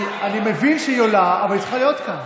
אני מבין שהיא עולה אבל היא צריכה להיות כאן.